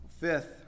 Fifth